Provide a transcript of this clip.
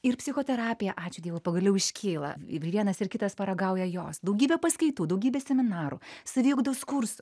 ir psichoterapija ačiū dievui pagaliau iškyla ir vienas ir kitas paragauja jos daugybė paskaitų daugybė seminarų saviugdos kursų